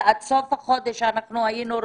ועד סוף החודש היינו רוצים,